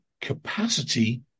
capacity